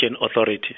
Authority